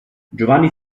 giovanni